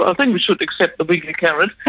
ah think we should accept the wiggly carrot.